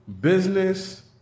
business